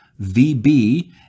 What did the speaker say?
VB